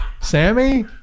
Sammy